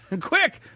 Quick